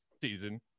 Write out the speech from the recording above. season